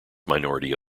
minority